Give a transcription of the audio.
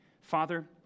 Father